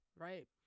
right